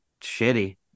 shitty